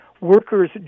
workers